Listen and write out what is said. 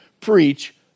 Preach